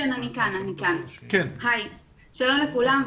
שלום לכולם.